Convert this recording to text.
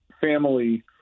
family